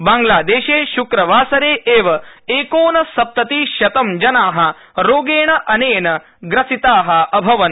बांग्लादेशे शुक्रवासरे एव एकोन सप्तति शत जना रोगेण अनेन ग्रसिता अभवन्